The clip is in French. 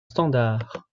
standard